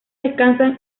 descansan